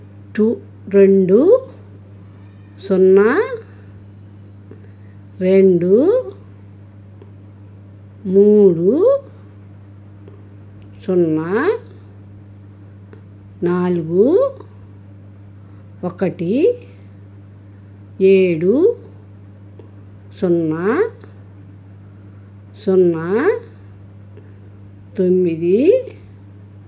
two రెండు సున్నా రెండు మూడు సున్నా నాలుగు ఒకటి ఏడు సున్నా సున్నా తొమ్మిది